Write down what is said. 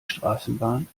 straßenbahn